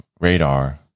radar